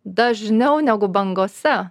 dažniau negu bangose